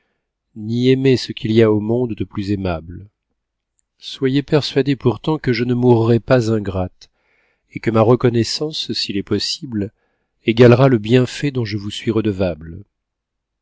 ni aimé ce qu'il y a au monde de plus aimahe soyez persuadé pourtant que je ne mourrai pas ingrate et que ma reconnaissance s'il est possible égalera le bienfait dont je vous suis redevable